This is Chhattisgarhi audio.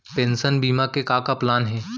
पेंशन बीमा के का का प्लान हे?